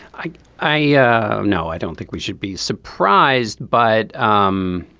i i yeah no i don't think we should be surprised but um